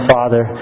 Father